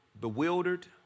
bewildered